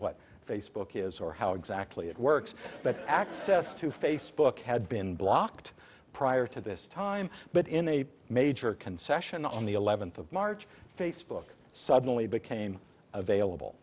facebook is or how exactly it works but access to facebook had been blocked prior to this time but in a major concession on the eleventh of march facebook suddenly became available